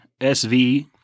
sv